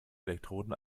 elektroden